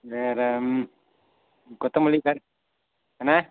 வேறு கொத்தமல்லி கரு அண்ணே